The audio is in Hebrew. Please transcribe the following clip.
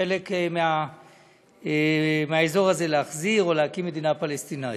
חלק מהאזור הזה להחזיר, או להקים מדינה פלסטינית.